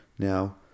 Now